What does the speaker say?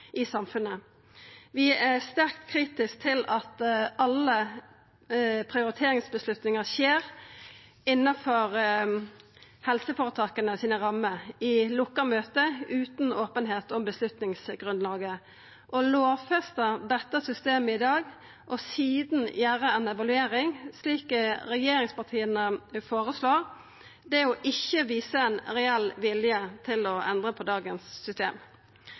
i samfunnet. Vi er sterkt kritiske til at alle prioriteringsavgjerder skjer innanfor helseføretaka sine rammer, i lukka møte, utan openheit om avgjerdsgrunnlaget. Å lovfesta dette systemet i dag og sidan gjera ei evaluering, slik regjeringspartia føreslår, er å ikkje visa ein reell vilje til å endra på dagens system.